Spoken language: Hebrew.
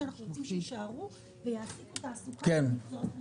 שאנחנו רוצים שיישארו ויספקו תעסוקה במקצועות נרחבים.